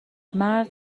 مرد